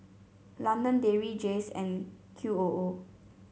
London Dairy Jays and Q O O